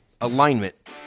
alignment